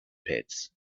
pits